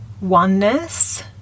oneness